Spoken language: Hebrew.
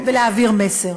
ולהעביר מסר.